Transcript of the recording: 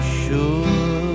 sure